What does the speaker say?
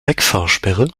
wegfahrsperre